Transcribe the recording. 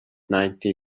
ninety